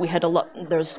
we had a lot there's